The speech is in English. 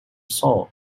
saw